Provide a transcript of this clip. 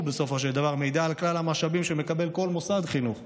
אין מידע על כלל המשאבים שמקבל כל מוסד חינוך.